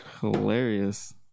hilarious